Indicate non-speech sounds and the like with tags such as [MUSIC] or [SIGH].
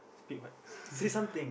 speak what [LAUGHS]